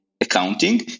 accounting